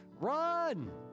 Run